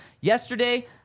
Yesterday